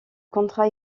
contrat